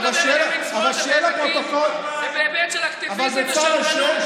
כשאני מדבר על ימין שמאל זה בהיבט של אקטיביזם ושמרנות,